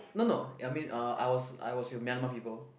no no I mean uh I was I was with Myanmar people